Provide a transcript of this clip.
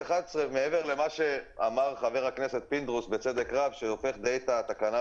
הוועדה יכולה לשאול את נציגי משרד התחבורה